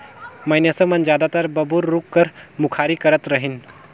मइनसे मन जादातर बबूर रूख कर मुखारी करत रहिन